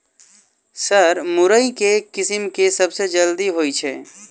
Sir मुरई केँ किसिम केँ सबसँ जल्दी होइ छै?